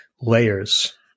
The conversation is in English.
layers